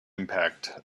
impact